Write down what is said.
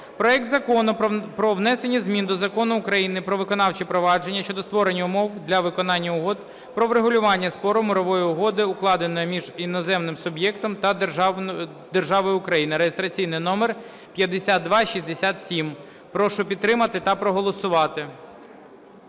проект Закону про внесення змін до Закону України "Про виконавче провадження" щодо створення умов для виконання угод про врегулювання спору (мирових угод), укладених між іноземним суб'єктом та державою Україна (реєстраційний номер 5267). Прошу підтримати та проголосувати.